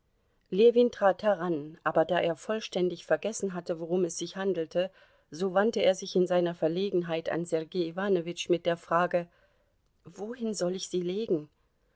ljewin trat heran aber da er vollständig vergessen hatte worum es sich handelte so wandte er sich in seiner verlegenheit an sergei iwanowitsch mit der frage wohin soll ich sie legen